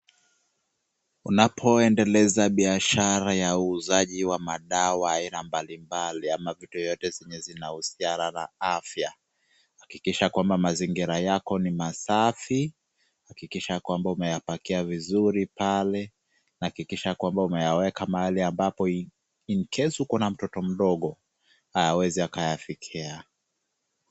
Unapoendeleza biashara ya uuzaji wa madawa aina mbalimbali ama vitu yoyote zinazohusiana na afya ,hakikisha kua mazingira yako ni masafi, hakikisha kua umeyapakia vizuri pale, hakikisha kua incase (cs) uko na mtoto mdogo hawezi akayafikia .